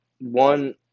one